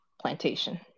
plantation